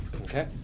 Okay